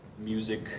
music